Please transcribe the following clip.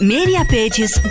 Mediapages